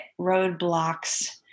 roadblocks